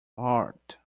heart